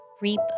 reap